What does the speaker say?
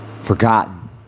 forgotten